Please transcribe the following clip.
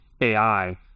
AI